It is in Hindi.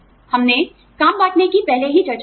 हमने काम बाँटने की पहले ही चर्चा की है